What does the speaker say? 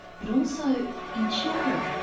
but also in children,